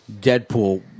Deadpool